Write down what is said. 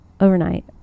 overnight